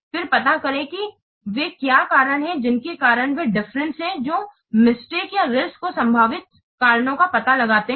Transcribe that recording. फिर पता करें कि वे क्या कारण हैं जिनके कारण वे डिफरेंट हैं जो मिस्टेक या रिस्क के संभावित कारणों का पता लगाते हैं